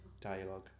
dialogue